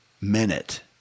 minute